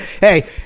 Hey